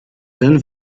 ten